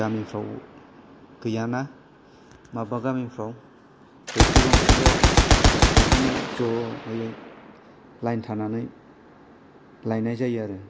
गामिफोराव गैयाना माबेबा गामिफोराव दैखर गंसेल' बेखौनो ज'हैयै लाइन थानानै लायनाय जायो आरो